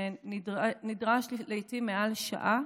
ונדרשת לעיתים מעל שעה